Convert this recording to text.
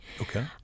Okay